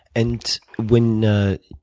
and when ah